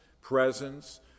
presence